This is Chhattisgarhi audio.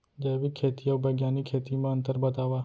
जैविक खेती अऊ बैग्यानिक खेती म अंतर बतावा?